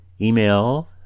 email